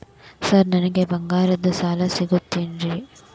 Sir ನನಗೆ ಬಂಗಾರದ್ದು ಸಾಲ ಸಿಗುತ್ತೇನ್ರೇ?